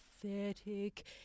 pathetic